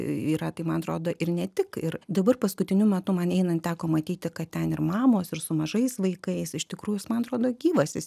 yra tai man atrodo ir netik ir dabar paskutiniu metu man einant teko matyti kad ten ir mamos ir su mažais vaikais iš tikrųjų jis man atrodo gyvas jis